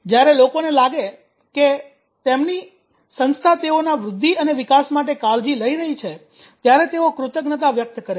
જ્યારે લોકોને લાગે કે તેમની સંસ્થા તેઓના વૃદ્ધિ અને વિકાસ માટે કાળજી લઈ રહી છે ત્યારે તેઓ કૃતજ્ઞતા વ્યક્ત કરે છે